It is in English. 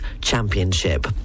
Championship